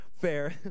fair